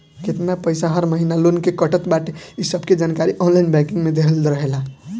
केतना पईसा हर महिना लोन के कटत बाटे इ सबके जानकारी ऑनलाइन बैंकिंग में देहल रहेला